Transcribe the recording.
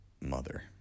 mother